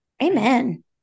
Amen